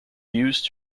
used